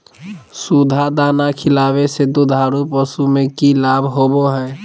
सुधा दाना खिलावे से दुधारू पशु में कि लाभ होबो हय?